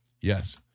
Yes